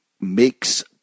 makes